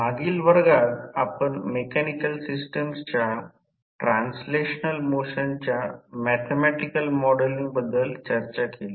मागील वर्गात आपण मेकॅनिकल सिस्टमच्या ट्रान्सलेशनल मोशनच्या मॅथॅमॅटिकल मॉडेलिंग बद्दल चर्चा केली